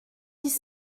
dix